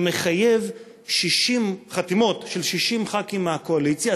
שמחייב 60 חתימות של 60 חברי כנסת מהקואליציה,